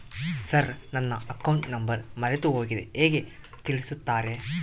Sir ನನ್ನ account number ಮರೆತುಹೋಗಿದೆ ಹೇಗೆ ತಿಳಿಸುತ್ತಾರೆ?